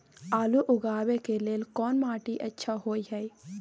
आलू उगाबै के लेल कोन माटी अच्छा होय है?